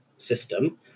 system